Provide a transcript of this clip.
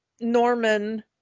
Norman